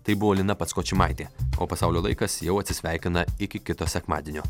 tai buvo lina patskočimaitė o pasaulio laikas jau atsisveikina iki kito sekmadienio